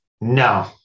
No